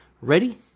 Ready